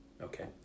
okay